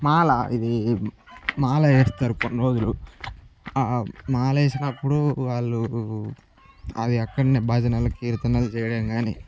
మాల ఇది మాల వేస్తారు కొన్ని రోజులు ఆ మాల వేసినప్పుడు వాళ్ళు అది అక్కడనే భజనలు కీర్తనలు చెయ్యడం కాని